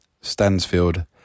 Stansfield